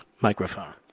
microphone